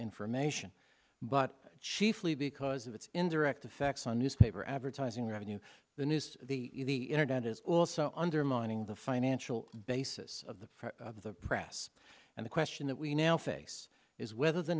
information but chiefly because of its indirect effects on newspaper advertising revenue the news the internet is also undermining the financial basis of the of the press and the question that we now face is whether the